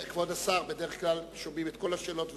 כבוד השר, בדרך כלל שומעים את כל השאלות ועונים.